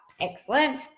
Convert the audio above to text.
Excellent